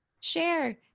share